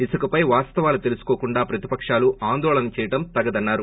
ఇసుక పై వాస్తవాలు తెలుసుకోకుండా ప్రతిపకాలు ఆందోళన చేయడం తగదన్నారు